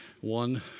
one